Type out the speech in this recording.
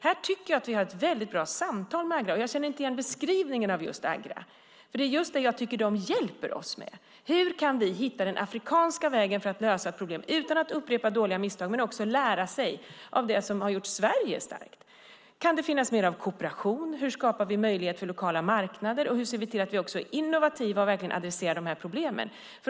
Här tycker jag att vi har ett bra samtal med Agra, och jag känner inte igen beskrivningen av Agra. Det är just detta jag tycker att de hjälper oss med. Hur kan vi hitta den afrikanska vägen för att lösa problem utan att upprepa misstag? Hur kan Afrika lära sig av det som har gjort Sverige starkt? Kan det finnas mer av kooperation? Hur skapar vi möjlighet för lokala marknader? Och hur ser vi till att vi är innovativa och verkligen adresserar problemen?